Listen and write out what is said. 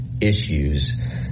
issues